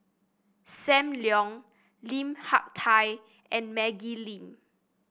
Sam Leong Lim Hak Tai and Maggie Lim